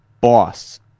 Boss